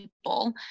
people